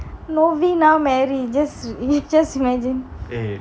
novena mary just you just imagine